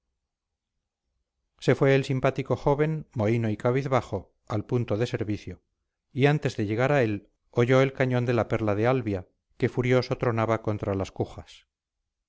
se fue el simpático joven mohíno y cabizbajo al punto de servicio y antes de llegar a él oyó el cañón de la perla de albia que furioso tronaba contra las cujas